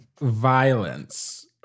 Violence